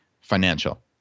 financial